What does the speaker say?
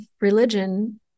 religion